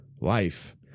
life